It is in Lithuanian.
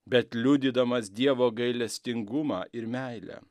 bet liudydamas dievo gailestingumą ir meilę